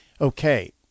Okay